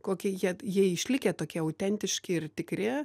kokie jie jie išlikę tokie autentiški ir tikri